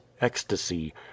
ecstasy